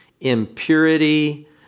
impurity